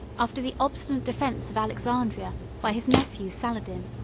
after the obstinate defence of alexandria by his nephew saladin,